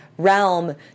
realm